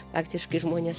praktiškai žmonės